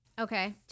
Okay